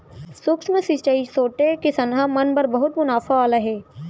सूक्ष्म सिंचई छोटे किसनहा मन बर बहुत मुनाफा वाला हे